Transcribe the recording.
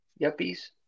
yuppies